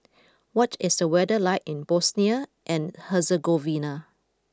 what is the weather like in Bosnia and Herzegovina